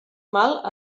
mal